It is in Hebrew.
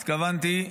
התכוונתי,